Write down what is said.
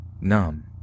numb